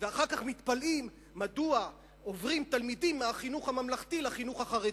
ואחר כך מתפלאים מדוע עוברים מהחינוך הממלכתי לחינוך החרדי.